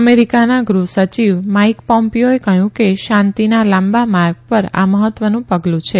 અમેરીકાના ગૃહ સચિવ માઇક પોમ્પીઓએ કહયું કે શાંતીના લાંબા માર્ગ પર આ મહત્વનું પગલું છે